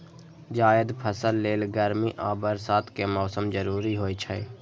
जायद फसल लेल गर्मी आ बरसात के मौसम जरूरी होइ छै